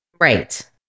Right